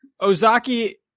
Ozaki